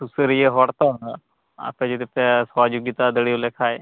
ᱥᱩᱥᱟᱹᱨᱤᱭᱟᱹ ᱦᱚᱲ ᱛᱚ ᱟᱯᱮ ᱡᱩᱫᱤ ᱯᱮ ᱥᱚᱦᱚᱡᱳᱜᱤᱛᱟ ᱫᱟᱲᱮ ᱟᱞᱮ ᱠᱷᱟᱱ